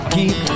Keep